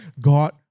God